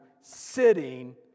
sitting